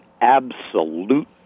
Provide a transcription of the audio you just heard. absolute